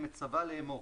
אני מצווה לאמור: